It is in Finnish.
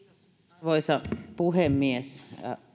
arvoisa puhemies